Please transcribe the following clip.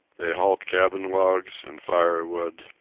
they hauled cabin logs and firewood,